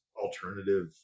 alternative